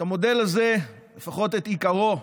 את המודל הזה, לפחות את עיקרו,